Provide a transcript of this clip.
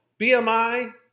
BMI